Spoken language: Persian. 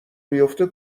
بیافته